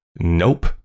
Nope